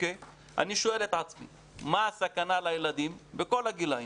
אני שואל את עצמי מה הסכנה לילדים בכל הגילאים.